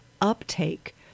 uptake